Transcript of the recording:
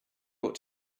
ought